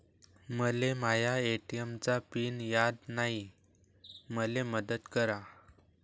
मले माया ए.टी.एम चा पिन याद नायी, मले मदत करा